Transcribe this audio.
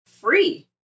free